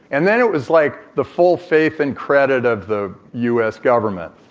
and then it was like the full faith and credit of the u. s. government